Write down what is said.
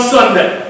Sunday